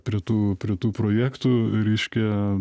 prie tų prie tų projektų reiškia